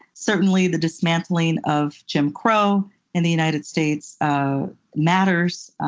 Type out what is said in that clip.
certainly, the dismantling of jim crow in the united states matters.